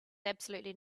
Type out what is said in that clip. absolutely